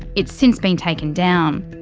it's since been taken down.